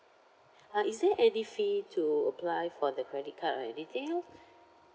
uh is there any fee to apply for the credit card like retail